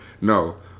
No